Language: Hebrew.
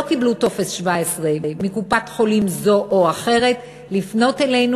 קיבלו טופס 17 מקופת-חולים זו או אחרת לפנות אלינו,